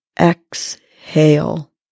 exhale